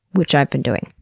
which i've been doing.